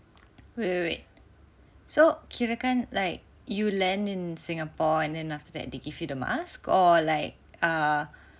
wait wait wait so kirakan like you land in Singapore and then after that they give you the mask or like err